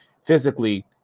Physically